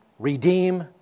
Redeem